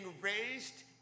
raised